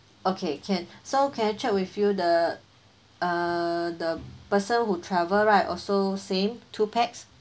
okay can so can I check with you the uh the person who travel right also same two pax